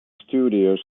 studios